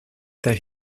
that